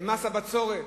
ומס הבצורת.